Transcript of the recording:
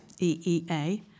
EEA